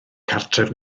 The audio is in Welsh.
cartref